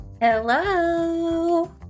Hello